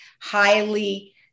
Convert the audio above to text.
highly